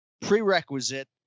prerequisite